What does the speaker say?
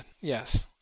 yes